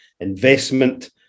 investment